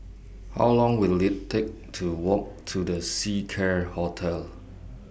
How Long Will IT Take to Walk to The Seacare Hotel